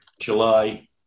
July